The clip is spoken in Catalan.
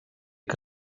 que